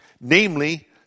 namely